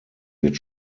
wird